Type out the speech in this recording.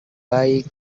baik